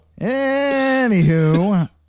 Anywho